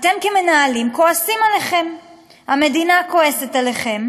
אתם, המנהלים, כועסים עליכם, המדינה כועסת עליכם